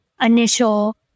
initial